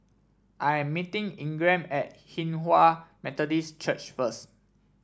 I'm meeting Ingram at Hinghwa Methodist Church first